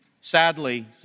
sadly